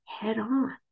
head-on